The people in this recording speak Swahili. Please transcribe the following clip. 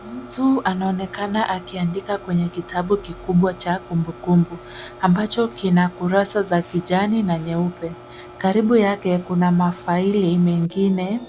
Mtu anaonekana akiandika kwenye kitabu kikubwa cha kumbukumbu ambacho kina kurasa za kijani na nyeupe. Karibu yake, kuna mafaili mengine